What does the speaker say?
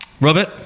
Robert